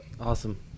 Awesome